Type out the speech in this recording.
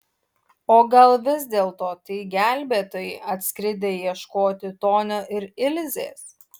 o gal vis dėlto tai gelbėtojai atskridę ieškoti tonio ir ilzės